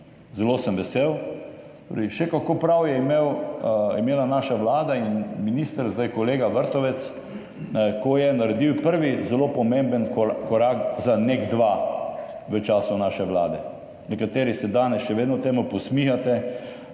Zelo sem vesel, torej še kako prav je imela naša vlada in minister, zdaj kolega, Vrtovec, ko je naredil prvi zelo pomemben korak za NEK2 v času naše vlade. Nekateri se danes še vedno temu posmihate.